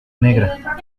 negra